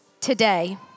today